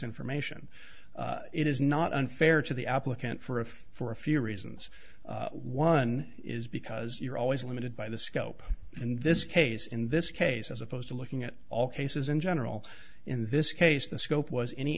information it is not unfair to the applicant for if for a few reasons one is because you're always limited by the scope in this case in this case as opposed to looking at all cases in general in this case the scope was any